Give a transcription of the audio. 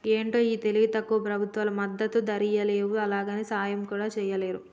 ఏంటో ఈ తెలివి తక్కువ ప్రభుత్వాలు మద్దతు ధరియ్యలేవు, అలాగని సాయం కూడా చెయ్యలేరు